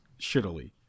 shittily